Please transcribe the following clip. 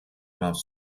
mouth